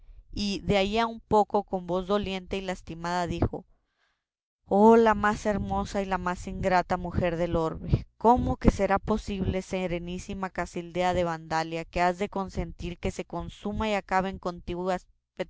y de allí a un poco con voz doliente y lastimada dijo oh la más hermosa y la más ingrata mujer del orbe cómo que será posible serenísima casildea de vandalia que has de consentir que se consuma y acabe en continuas